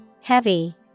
Heavy